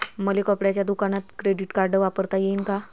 मले कपड्याच्या दुकानात क्रेडिट कार्ड वापरता येईन का?